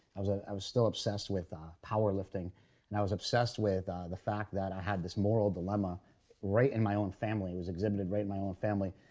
i was i was still obsessed with power lifting and i was obsessed with the fact that i had this moral dilemma right in my own family, it was exhibited right in my own family.